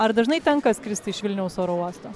ar dažnai tenka skristi iš vilniaus oro uosto